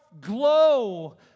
glow